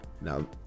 Now